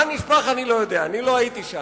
מה נשפך, אני לא יודע, אני לא הייתי שם.